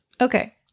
Okay